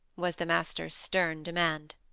was the master's stern demand.